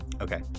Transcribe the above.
Okay